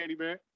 Candyman